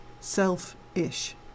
selfish